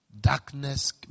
Darkness